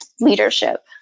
leadership